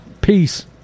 Peace